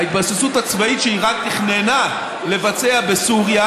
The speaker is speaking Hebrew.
ההתבססות הצבאית שאיראן תכננה לבצע בסוריה,